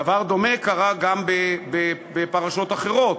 דבר דומה קרה גם בפרשות אחרות,